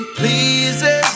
Please